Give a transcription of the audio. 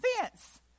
fence